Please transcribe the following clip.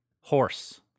horse